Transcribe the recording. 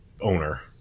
owner